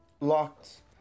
locked